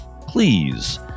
please